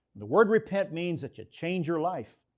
the word repent means that you change your life.